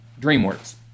DreamWorks